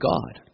God